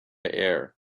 air